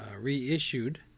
reissued